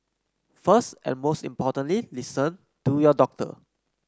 first and most importantly listen to your doctor